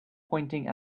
pointing